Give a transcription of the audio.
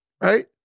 right